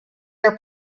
are